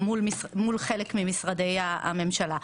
מול חלק ממשרדי הממשלה.